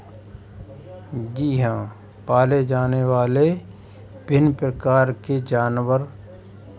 जी हाँ पाले जाने वाले भिन्न प्रकार के जानवर